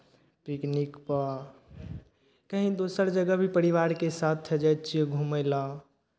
पिकनिकपर कहीँ दोसर जगह भी परिवारके साथ जाइ छियै घूमय लेल